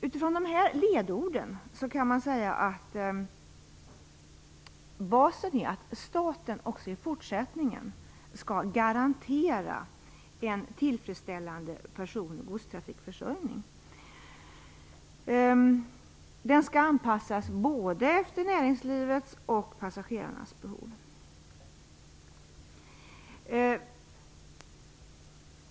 Utifrån dessa ledord kan man säga att basen är att staten också i fortsättningen skall garantera en tillfredsställande person och godstrafikförsörjning. Den skall anpassas efter både näringslivets och passagerarnas behov.